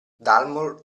dalmor